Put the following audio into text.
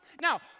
Now